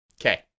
Okay